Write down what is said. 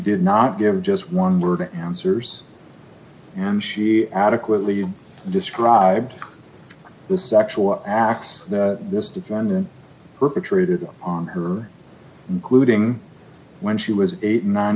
did not give just one word answers and she adequately described the sexual acts that this defendant perpetrated on her including when she was eighty nine